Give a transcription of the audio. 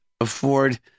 afford